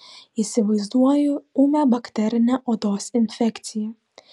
įsivaizduoju ūmią bakterinę odos infekciją